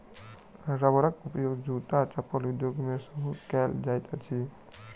रबरक उपयोग जूत्ता चप्पल उद्योग मे सेहो कएल जाइत अछि